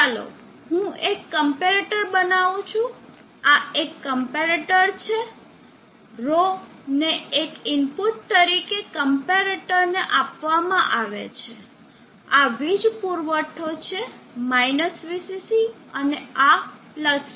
ચાલો હું એક કમ્પેરેટર બનાવું છું આ એક કમ્પેરેટર છે ρ ને એક ઇનપુટ તરીકે કમ્પેરેટરને આપવામાં આવે છે આ વીજ પુરવઠો છે VCC અને આ VCC